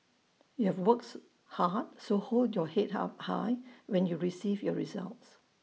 you have work so hard so hold your Head up high when you receive your results